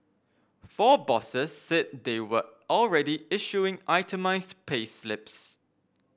four bosses said they were already issuing itemised payslips